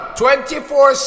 24